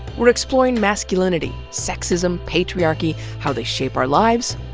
we're exploring masculinity, sexism, patriarchy how they shape our lives,